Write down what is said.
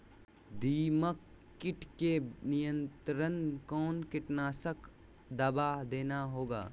दीमक किट के नियंत्रण कौन कीटनाशक दवा देना होगा?